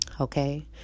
Okay